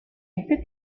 este